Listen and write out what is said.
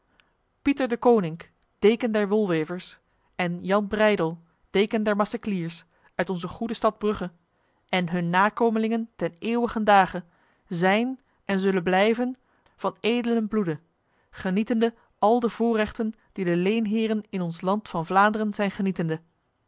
pieter deconinck deken der wolwevers en jan breydel deken der macecliers uit onze goede stad brugge en hun nakomelingen ten eeuwigen dage zijn en zullen blijven van edelen bloede genietende al de voorrechten die de leenheren in ons land van vlaanderen zijn genietende